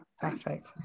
Perfect